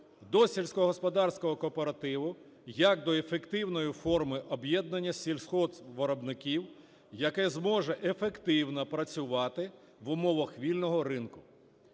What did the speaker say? до сільськогосподарського кооперативу як до ефективної форми об'єднання сільгоспвиробників, яке зможе ефективно працювати в умовах вільного ринку.